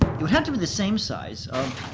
would have to be the same size of